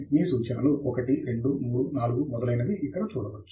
మీ సూచనలు 1 2 3 4 మొదలైనవి ఇక్కడ చూడవచ్చు